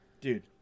Dude